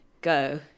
go